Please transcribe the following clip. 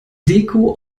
deko